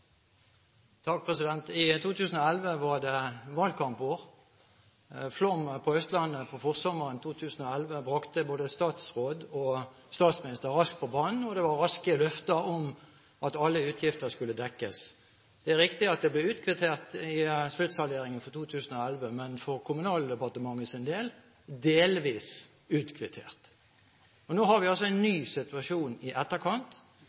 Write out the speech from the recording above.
statsminister raskt på banen, og det kom raskt løfter om at alle utgifter skulle dekkes. Det er riktig at det ble utkvittert i sluttsalderingen for 2011, men for Kommunal- og regionaldepartementets del ble det delvis utkvittert. Nå har vi altså en ny situasjon i etterkant,